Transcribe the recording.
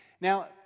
Now